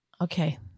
Okay